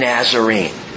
Nazarene